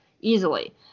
easily